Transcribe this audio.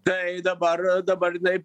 tai dabar dabar jinai